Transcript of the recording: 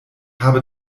habe